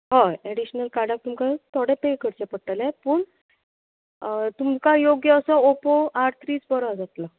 हय एडिशनल कार्डाक तुमकां थोडे पे करचे पडटले पूण तुमकां योग्य असो ओपो आर त्रीच बरो जातलो